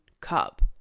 cup